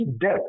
death